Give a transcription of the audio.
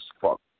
fuck